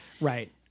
Right